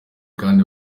kandi